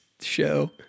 show